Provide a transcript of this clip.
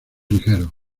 ligeros